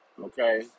okay